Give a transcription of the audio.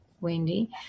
Wendy